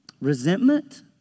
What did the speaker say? resentment